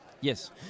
Yes